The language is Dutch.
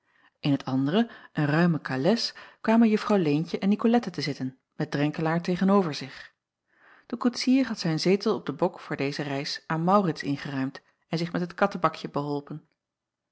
in het andere een ruime kales kwamen uffrouw eentje en icolette te zitten met renkelaer tegen-over zich e koetsier had zijn zetel op den bok voor deze reis aan aurits ingeruimd en zich met het kattebakje beholpen